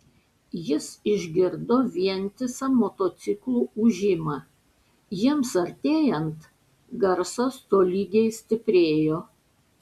jis išgirdo vientisą motociklų ūžimą jiems artėjant garsas tolygiai stiprėjo